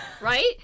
Right